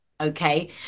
okay